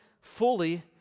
fully